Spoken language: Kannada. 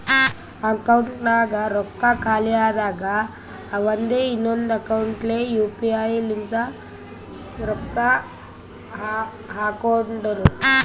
ಅಕೌಂಟ್ನಾಗ್ ರೊಕ್ಕಾ ಖಾಲಿ ಆದಾಗ ಅವಂದೆ ಇನ್ನೊಂದು ಅಕೌಂಟ್ಲೆ ಯು ಪಿ ಐ ಲಿಂತ ರೊಕ್ಕಾ ಹಾಕೊಂಡುನು